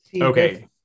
Okay